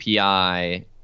API